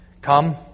come